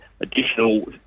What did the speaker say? additional